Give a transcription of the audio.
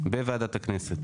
בוועדת הכנסת,